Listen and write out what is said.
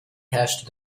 herrschte